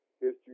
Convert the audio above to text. history